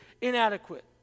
inadequate